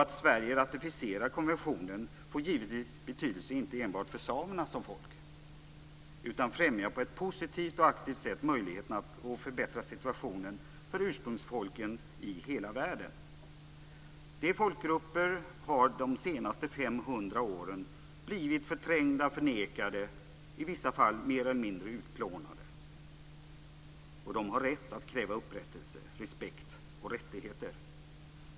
Att Sverige ratificerar konventionen får givetvis betydelse inte enbart för samerna som folk, utan det främjar på ett positivt och aktivt sätt möjligheterna att förbättra situationen för ursprungsfolken i hela världen. Dessa folkgrupper har de senaste 500 åren blivit förträngda, förnekade och i vissa fall mer eller mindre utplånade. De har rätt att kräva upprättelse, respekt och rättigheter.